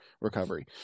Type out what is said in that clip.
recovery